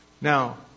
Now